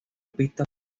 pista